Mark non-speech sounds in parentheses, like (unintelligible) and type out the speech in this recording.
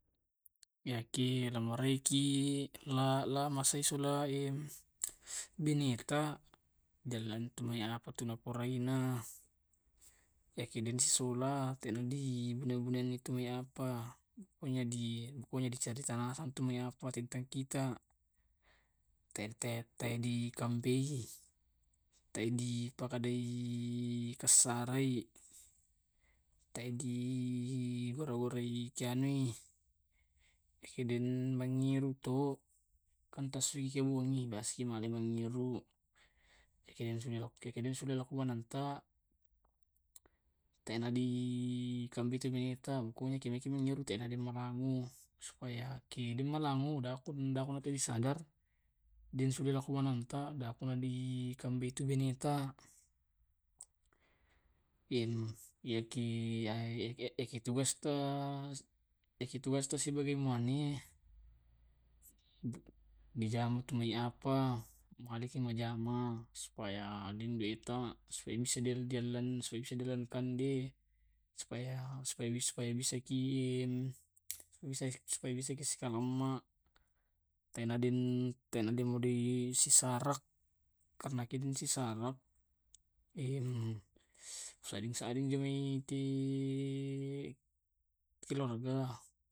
Ya ki namoreiki la (hesitation) la masesulai (noise) bineta diallantumai apatu napuraina. Yakidinsiula tena di buna bunaina tu mai apa. Pokona di pokonya (hesitation) di cari talasang apa tumai tenteng kita. Te te te di kampai, te di (hesitation) pakadai kassarai, te di pura purai dikianui (hesitation) ekiden mangiru to, antu ke suai bungi biasaki malai mangiru. Kekiden kekeiden sula maing lao ko ananta, (noise) dena di kambei tu binenta, pokonya ko te na mangeru tena te namaramu. Supaya, ki deng malamu daku daku neng nasadar, densu tu lao di ko ananta daku na dikambeitu bineta. (noise) Iyen eh (hesitation) iya ki, iya ki tugas ta (hesitation) eki tugas sebagai muane, (noise) bijang tumai apa, maliki majama supaya den duita supaya bisa diallian supaya bisa diallian kande supaya supaya (hesitation) supaya bisaki eh (hesitation) supaya bisaki sikalamma. Tena den tena den (hesitation) mudae sesarak, (unintelligible) karena keden si sarak (hesitation) sadin sadin tumai te eh (hesitation) keluarga.